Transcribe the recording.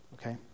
Okay